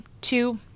two